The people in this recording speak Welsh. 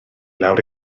lawr